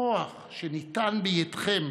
הכוח שניתן בידיכם